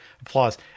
applause